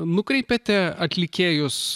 nukreipiate atlikėjus